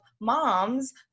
moms